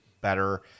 better